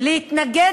להתנגד